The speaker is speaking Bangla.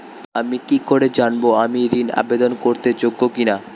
আমি কি করে জানব আমি ঋন আবেদন করতে যোগ্য কি না?